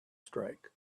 strike